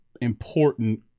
important